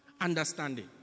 Understanding